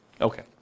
Okay